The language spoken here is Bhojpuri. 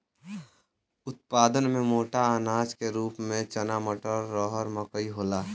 उत्पादन में मोटा अनाज के रूप में चना मटर, रहर मकई होला